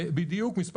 בדיוק, במקרה הטוב.